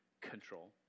control